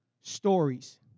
stories